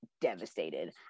devastated